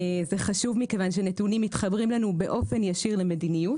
זה חשוב מכיוון שנתונים מתחברים לנו באופן ישיר למדיניות.